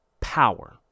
power